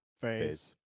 Phase